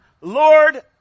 Lord